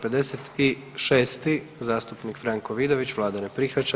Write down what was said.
56. zastupnik Franko Vidović, Vlada ne prihvaća.